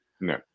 No